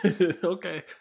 Okay